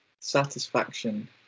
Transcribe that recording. satisfaction